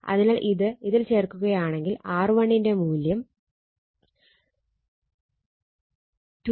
അതിനാൽ ഇത് ഇതിൽ ചേർക്കുകയാണെങ്കിൽ R1 ന്റെ മൂല്യം 261113